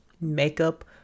makeup